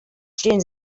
stehen